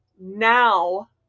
now